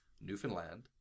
Newfoundland